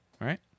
right